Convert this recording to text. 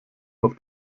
auf